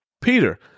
Peter